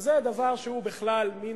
וזה עוד דבר שהוא בכלל מין,